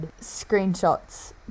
screenshots